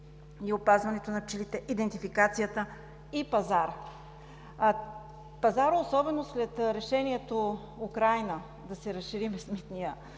и опазването на пчелите, идентификацията и пазара. За пазара, особено след решението за Украйна – да се разшири безмитният